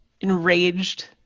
enraged